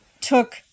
took